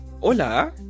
Hola